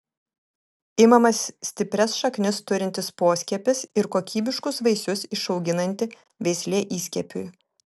imamas stiprias šaknis turintis poskiepis ir kokybiškus vaisius išauginanti veislė įskiepiui